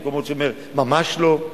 יש מקומות שאומרים: ממש לא,